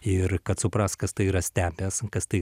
ir kad supras kas tai yra stepes kas tai